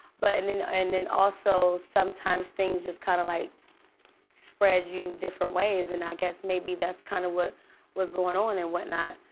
but and then and and also sometimes things just kinda like spread you different ways, and i guess maybe that's kinda kind of what was going on and what not.